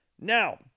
Now